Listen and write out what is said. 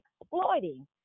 exploiting